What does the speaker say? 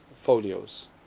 folios